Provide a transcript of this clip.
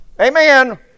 Amen